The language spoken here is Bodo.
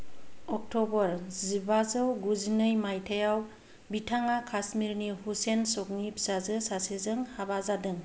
अक्ट'बर जिबाजौ गुजिनै मायथाइयाव बिथाङा काश्मीरनि हुसैन चकनि फिसाजो सासेजों हाबा जादों